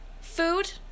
food